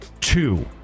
two